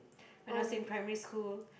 when I was in primary school